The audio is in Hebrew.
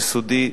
יסודי,